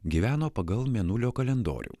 gyveno pagal mėnulio kalendorių